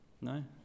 No